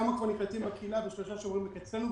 כמה כבר נקלטים בקהילה ושלושה שעובדים אצלנו,